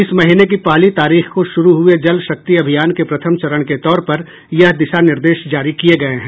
इस महीने की पहली तारीख को शुरू हुए जल शक्ति अभियान के प्रथम चरण के तौर पर यह दिशा निर्देश जारी किए गए हैं